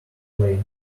play